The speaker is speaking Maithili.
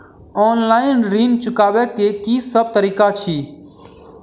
ऑनलाइन ऋण चुकाबै केँ की सब तरीका अछि?